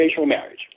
marriage